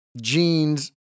jeans